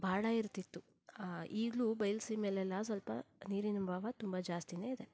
ಬಹಳ ಇರ್ತಿತ್ತು ಈಗಲೂ ಬಯಲು ಸೀಮೆಯಲ್ಲೆಲ್ಲ ಸ್ವಲ್ಪ ನೀರಿನ ಅಭಾವ ತುಂಬ ಜಾಸ್ತಿಯೇ ಇದೆ